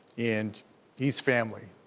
and he's family.